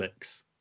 Netflix